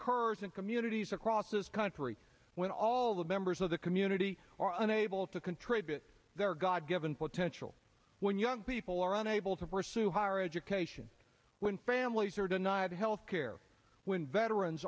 occurs in communities across this country when all the members of the community are unable to contribute their god given potential when young people are unable to pursue higher education when families are denied health care when veterans